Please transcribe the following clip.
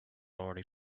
already